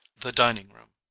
the dining-room